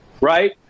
right